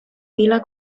fila